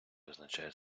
визначає